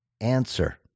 answer